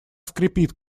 скрипит